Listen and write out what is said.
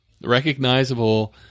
recognizable